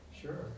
sure